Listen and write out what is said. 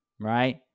right